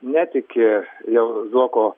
netiki jau zuoko